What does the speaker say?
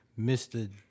Mr